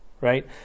right